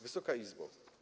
Wysoka Izbo!